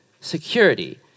security